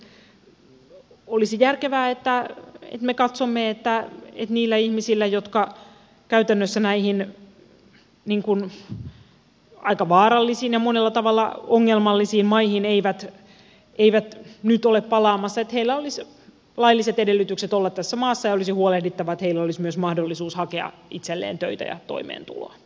mielestäni olisi järkevää että me katsomme että niillä ihmisillä jotka käytännössä näihin aika vaarallisiin ja monella tavalla ongelmallisiin maihin eivät nyt ole palaamassa olisi lailliset edellytykset olla tässä maassa ja olisi huolehdittava että heillä olisi myös mahdollisuus hakea itselleen töitä ja toimeentuloa